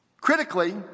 Critically